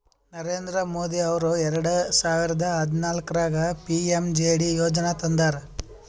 ನರೇಂದ್ರ ಮೋದಿ ಅವರು ಎರೆಡ ಸಾವಿರದ ಹದನಾಲ್ಕರಾಗ ಪಿ.ಎಮ್.ಜೆ.ಡಿ ಯೋಜನಾ ತಂದಾರ